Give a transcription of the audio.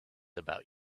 about